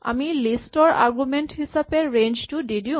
আমি লিষ্ট ৰ আৰগুমেন্ট হিচাপে ৰেঞ্জ টো দি দিওঁ